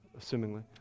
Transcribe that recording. assumingly